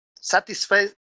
satisfy